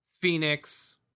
Phoenix